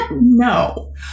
No